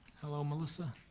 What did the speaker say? hello melissa.